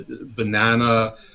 banana